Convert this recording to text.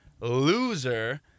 loser